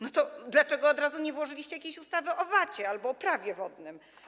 No to dlaczego od razu nie włożyliście jakiejś ustawy o VAT albo o prawie wodnym?